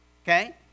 Okay